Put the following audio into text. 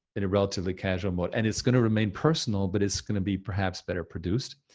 in a relatively casual mode, and it's gonna remain personal, but it's gonna be perhaps better produced,